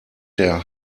der